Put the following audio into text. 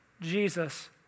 Jesus